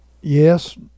yes